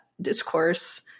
discourse